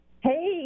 hey